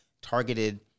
targeted